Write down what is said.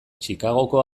chicagoko